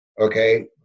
okay